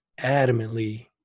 adamantly